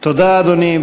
תודה, אדוני.